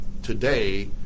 today